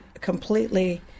completely